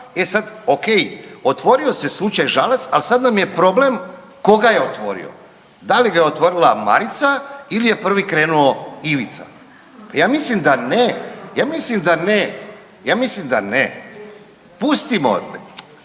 e sad ok otvorio se slučaj Žalac, al sad nam je problem koga je otvorio. Da li ga je otvorila Marica ili prvi je krenuo Ivica? Pa ja mislim da ne, ja mislim da ne, ja mislim da ne. Pustimo,